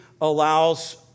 allows